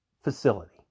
facility